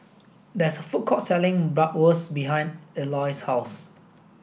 there's a food court selling Bratwurst behind Elois' house